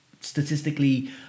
statistically